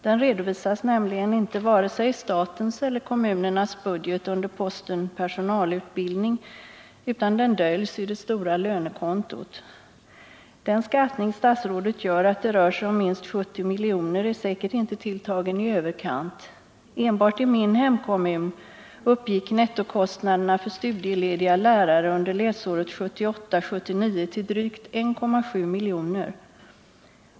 Den redovisas nämligen varken i statens eller kommunernas budget under posten personalutbildning, utan den döljs i det stora lönekontot. Den skattning statsrådet gör — att det rör sig om minst 70 miljoner — är säkert inte tilltagen i överkant. Enbart i min hemkommun uppgick nettokostnaderna för studielediga lärare under läsåret 1978/79 till drygt 1,7 miljoner.